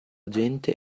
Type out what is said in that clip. gente